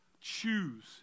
choose